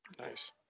Nice